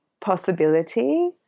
possibility